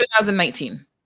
2019